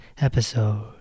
episode